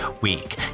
week